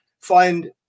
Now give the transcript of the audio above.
find